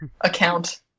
account